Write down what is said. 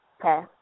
okay